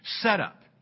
setup